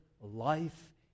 life